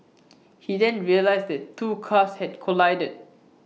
he then realised that two cars had collided